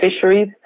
fisheries